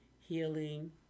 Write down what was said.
healing